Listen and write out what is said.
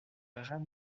ramiro